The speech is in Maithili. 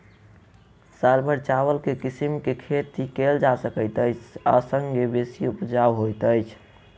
साल भैर चावल केँ के किसिम केँ खेती कैल जाय सकैत अछि आ संगे बेसी उपजाउ होइत अछि?